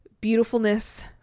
beautifulness